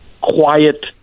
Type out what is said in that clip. quiet